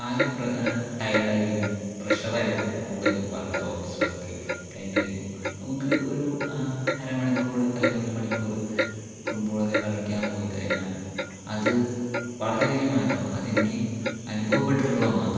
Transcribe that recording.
ആകെ ടയേർഡ് ആയിരിക്കും പ്രെഷറായിരിക്കും കൂടുതലും വർക്ക് ഓഫീസ് വർക്ക് കഴിഞ്ഞു വരുമ്പോൾ നമുക്ക് ഒരു അരമണിക്കൂറ് അല്ലെങ്കിൽ ഒരു മണിക്കൂറ് ഫുട്ബോളോക്കെ കളിക്കാൻ പോയി കഴിഞ്ഞാൽ അത് വളരെ വലിയ മാറ്റമാണ് അത് എനിക്ക് അനുഭവപെട്ടിട്ടുള്ള ഒന്നാണ്